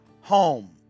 home